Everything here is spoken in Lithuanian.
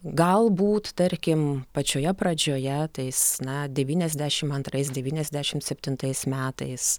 galbūt tarkim pačioje pradžioje tais na devyniasdešimt antrais devyniasdešimt septintais metais